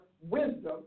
wisdom